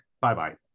Bye-bye